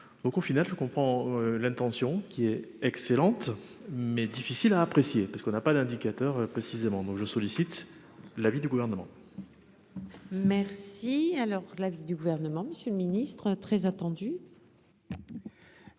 au final je comprends l'intention qui est excellente, mais difficile à apprécier, parce qu'on n'a pas d'indicateurs précisément donc je sollicite l'avis du gouvernement. Merci, alors l'avis du gouvernement, Monsieur le Ministre, très attendu.